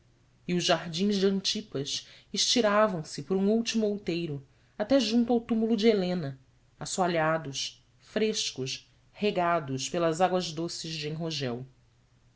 e os jardins de antipas estiravam se por um último outeiro até junto ao túmulo de helena assoalhados frescos regados pelas águas doces de enrogel